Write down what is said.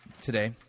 today